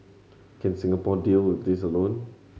can Singapore deal with this alone